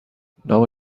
نام